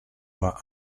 vingt